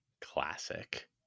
classic